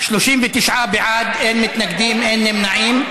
39 בעד, אין מתנגדים, אין נמנעים.